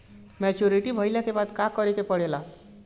Maturity भईला के बाद का करे के पड़ेला?